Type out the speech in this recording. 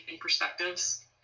perspectives